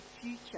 future